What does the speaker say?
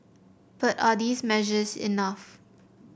but are these measures enough